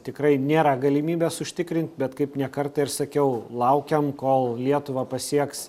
tikrai nėra galimybės užtikrint bet kaip ne kartą ir sakiau laukiam kol lietuvą pasieks